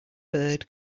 bird